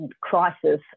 Crisis